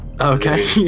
okay